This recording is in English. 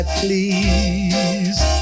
please